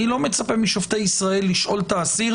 אני לא מצפה משופטי ישראל לשאול את האסיר